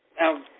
Now